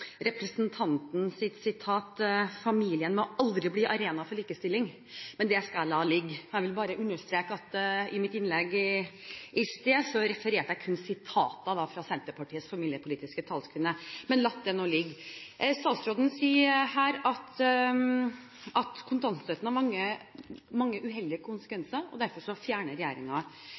Representanten fra Senterpartiet, Christina Nilsson Ramsøy, mente at Høyres representant overdrev i sted, da jeg refererte til representantens utspill, og det hadde jo vært interessant å spørre om statsråden er enig i representantens sitat om at familien aldri må bli arena for likestilling – men det skal jeg la ligge. Jeg vil bare understreke at i mitt innlegg i sted refererte jeg kun sitater fra Senterpartiets familiepolitiske talskvinne. Men